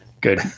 Good